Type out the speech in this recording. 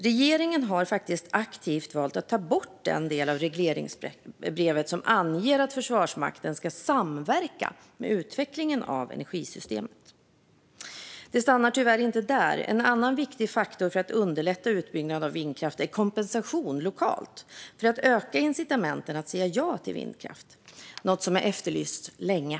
Regeringen har faktiskt aktivt valt att ta bort den del av regleringsbrevet som anger att Försvarsmakten ska samverka med utvecklingen av energisystemet. Det stannar tyvärr inte där. En annan viktig faktor för att underlätta utbyggnad av vindkraft är kompensation lokalt för att öka incitamenten att säga ja till vindkraft, något som har efterlysts länge.